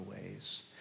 ways